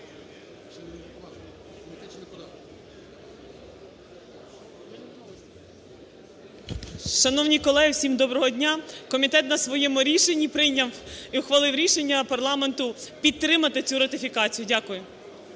Шановні колеги, доброго дня. Комітет на своєму рішенні прийняв і ухвалив рішення парламенту підтримати цю ратифікацію. Дякую.